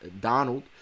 Donald